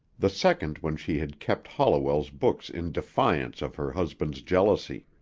the second when she had kept holliwell's books in defiance of her husband's jealousy.